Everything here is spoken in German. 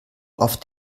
auf